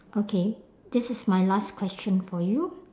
okay this is my last question for you